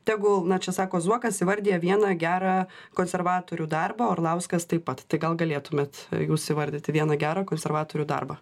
tegul na čia sako zuokas įvardija vieną gerą konservatorių darbą orlauskas taip pat tai gal galėtumėt jūs įvardyti vieną gerą konservatorių darbą